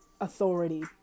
authority